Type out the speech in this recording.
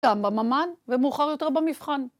גם בממן, ומאוחר יותר במבחן.